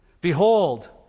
Behold